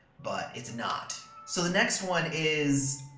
but it's not. so the next one is